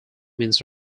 means